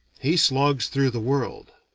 he slogs through the world.